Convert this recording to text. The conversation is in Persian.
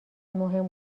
مهم